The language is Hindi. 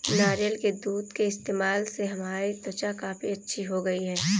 नारियल के दूध के इस्तेमाल से हमारी त्वचा काफी अच्छी हो गई है